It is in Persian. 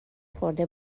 خورده